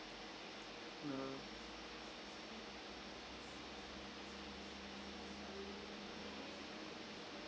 uh